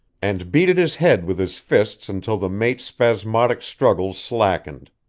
and beat at his head with his fists until the mate's spasmodic struggles slackened.